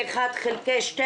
ב-1/12,